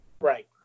Right